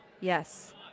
Yes